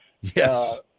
Yes